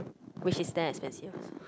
which is damn expensive also